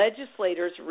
legislators